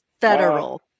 federal